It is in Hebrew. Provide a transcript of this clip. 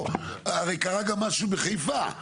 הרי קרה גם משהו בחיפה,